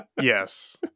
yes